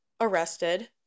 arrested